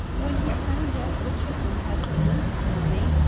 when he found out which of them had the most money,